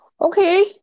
Okay